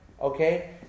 okay